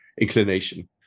inclination